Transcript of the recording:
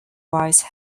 wise